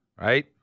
right